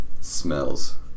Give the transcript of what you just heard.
Smells